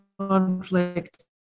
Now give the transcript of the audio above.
conflict